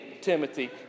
Timothy